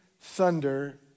thunder